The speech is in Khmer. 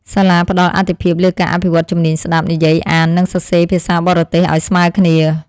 សាលាផ្តល់អាទិភាពលើការអភិវឌ្ឍជំនាញស្តាប់ និយាយ អាន និងសរសេរភាសាបរទេសឱ្យស្មើគ្នា។